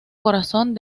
corazón